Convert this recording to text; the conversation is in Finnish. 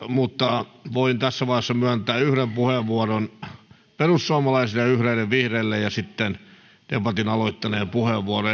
mutta voin tässä vaiheessa myöntää yhden puheenvuoron perussuomalaisille ja yhden vihreille ja sitten debatin aloittaneen puheenvuoro